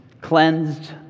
cleansed